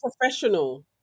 Professional